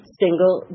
single